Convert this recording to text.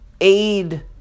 aid